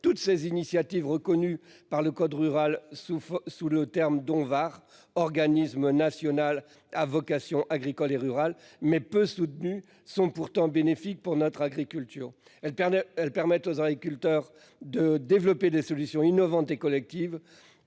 toutes ces initiatives reconnue par le code rural sous sous le terme dont var organisme national à vocation agricole et rural mais peu soutenues sont pourtant bénéfique pour notre agriculture, elle perd, elle permet aux agriculteurs de développer des solutions innovantes et collective